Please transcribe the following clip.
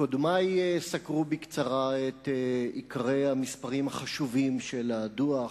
קודמי סקרו בקצרה את עיקרי המספרים החשובים של הדוח.